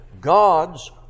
God's